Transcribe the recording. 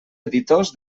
editors